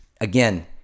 Again